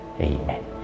Amen